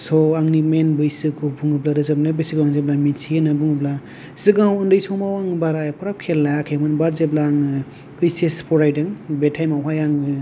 स' आंनि मेइन बैसोखौ बुङोब्ला रोजाबनाया बेसे जाखो होनना मिथियो होनना बुङोब्ला सिगाङाव उन्दै समाव बारा एफाराब खेल लायाखैमोन बाद जेब्ला आङो ओइस एस फरायदों बे टाइम आवहाय आङो